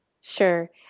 Sure